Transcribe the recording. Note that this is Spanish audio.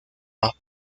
más